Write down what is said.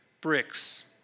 bricks